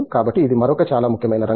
కాబట్టి ఇది మరొక చాలా ముఖ్యమైన రంగం